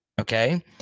okay